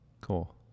Cool